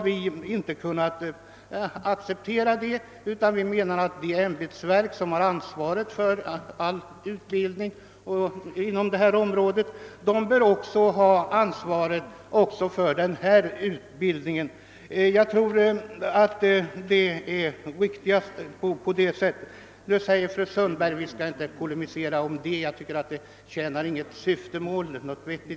Vi har inte kunnat acceptera detta, utan vi menar att det ämbetsverk som har ansvaret för all annan utbildning inom detta område bör ha ansvaret också för denna utbildning. Jag vill inte polemisera mot fru Sundberg, eftersom jag inte tycker att det tjänar något vettigt syfte.